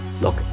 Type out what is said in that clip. look